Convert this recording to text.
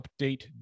update